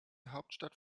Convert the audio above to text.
hauptstadt